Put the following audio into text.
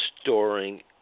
storing